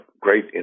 great